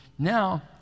Now